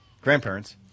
grandparents